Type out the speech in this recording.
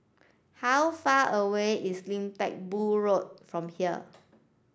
how far away is Lim Teck Boo Road from here